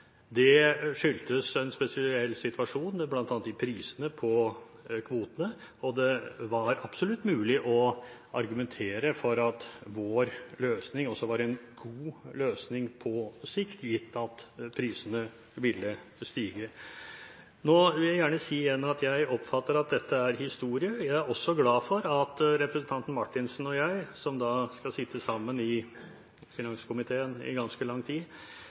opp, skyldtes en spesiell situasjon, bl.a. prisene på kvotene, og det var absolutt mulig å argumentere for at vår løsning også var en god løsning på sikt, gitt at prisene ville stige. Nå vil jeg gjerne si igjen at jeg oppfatter dette som historie. Jeg er også glad for at representanten Marthinsen og jeg, som skal sitte sammen i finanskomiteen i ganske lang tid,